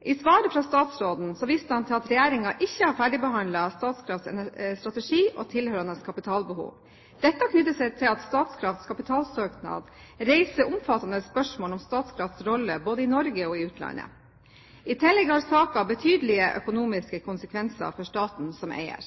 I svaret viste statsråden til at regjeringen ikke har ferdigbehandlet Statkrafts strategi og tilhørende kapitalbehov. Dette knytter seg til at Statkrafts kapitalsøknad reiser omfattende spørsmål om Statkrafts rolle både i Norge og i utlandet. I tillegg har saken betydelige økonomiske konsekvenser for staten som eier.